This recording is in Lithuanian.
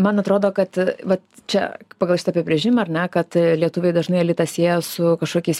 man atrodo kad vat čia pagal šitą apibrėžimą ar ne kad lietuviai dažnai elitą sieja su kažkokiais